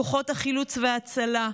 כוחות החילוץ וההצלה,